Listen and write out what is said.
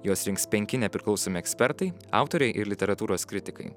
juos rinks penki nepriklausomi ekspertai autoriai ir literatūros kritikai